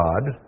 God